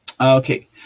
Okay